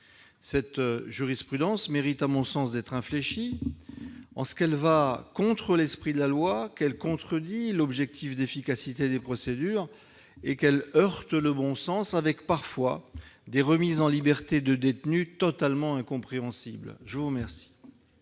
Cette jurisprudence mérite à mon sens d'être infléchie en ce qu'elle va à l'encontre de l'esprit de la loi, qu'elle contredit l'objectif d'efficacité des procédures et qu'elle heurte le bon sens, avec parfois des remises en liberté de détenus totalement incompréhensibles. Quel